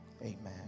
amen